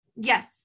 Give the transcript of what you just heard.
Yes